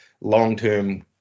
long-term